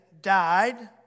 died